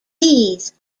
these